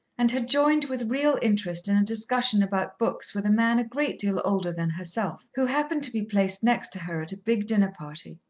and had joined with real interest in a discussion about books with a man a great deal older than herself, who happened to be placed next to her at a big dinner party.